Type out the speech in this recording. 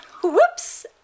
Whoops